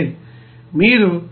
మీరు ఈ 186